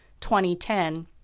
2010